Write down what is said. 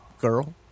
Girl